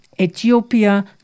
Ethiopia